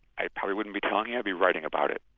i probably wouldn't be telling you, i'd be writing about it.